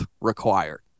required